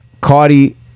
Cardi